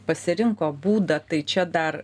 pasirinko būdą tai čia dar